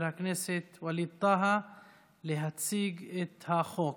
הכנסת ווליד טאהא להציג את הצעת החוק.